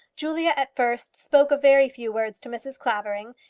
julia at first spoke a very few words to mrs. clavering,